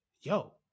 yo